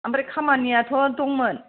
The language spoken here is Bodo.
ओमफ्राय खामानियाथ' दंमोन